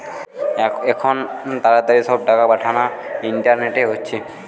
আখুন তাড়াতাড়ি সব টাকা পাঠানা ইন্টারনেটে হচ্ছে